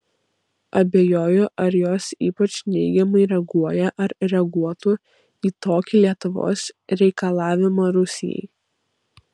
abejoju ar jos ypač neigiamai reaguoja ar reaguotų į tokį lietuvos reikalavimą rusijai